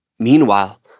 Meanwhile